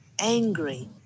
angry